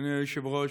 אדוני היושב-ראש,